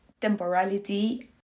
temporality